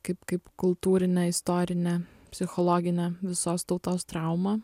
kaip kaip kultūrinę istorinę psichologinę visos tautos traumą